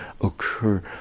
occur